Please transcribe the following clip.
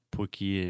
Porque